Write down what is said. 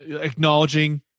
acknowledging